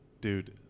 dude